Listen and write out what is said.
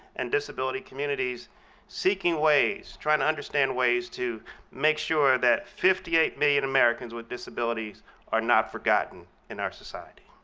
and disability communities seeking ways trying to understand ways to make sure that fifty eight million americans with disabilities are not forgotten in our society.